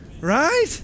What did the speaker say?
Right